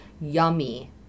yummy